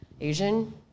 Asian